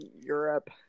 Europe